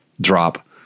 drop